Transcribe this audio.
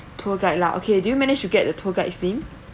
tour guide lah okay do you manage to get the tour guide's name